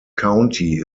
county